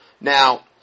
Now